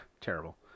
Terrible